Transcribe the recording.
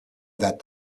that